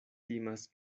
timas